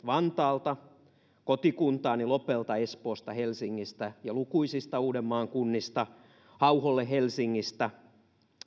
vantaalta kotikuntaani lopelle espoosta helsingistä ja lukuisista uudenmaan kunnista hauholle helsingistä